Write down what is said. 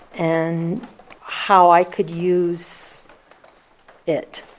and how i could use it,